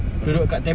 pasal